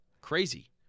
Crazy